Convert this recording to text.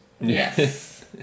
yes